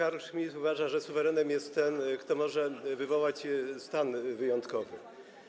Carl Schmitt uważa, że suwerenem jest ten, kto może wywołać stan wyjątkowy.